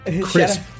crisp